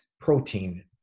protein